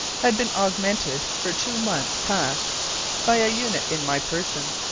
had been augmented for two months past by a unit in my person.